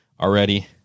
already